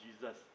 Jesus